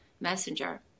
messenger